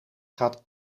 gaat